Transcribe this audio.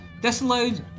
Disallowed